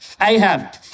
Ahab